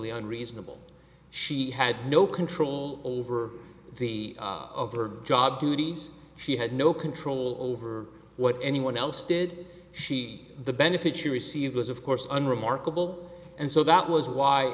y unreasonable she had no control over the of her job duties she had no control over what anyone else did she the benefit she received was of course unremarkable and so that was why